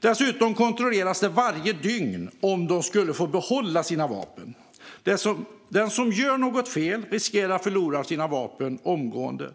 Dessutom kontrolleras det varje dygn om de ska få behålla sina vapen. Den som gör något fel riskerar att förlora sina vapen omgående.